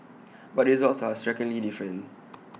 but the results are strikingly different